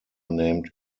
named